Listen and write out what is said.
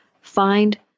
find